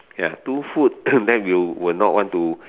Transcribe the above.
ya two food that you will not want to